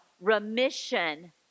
remission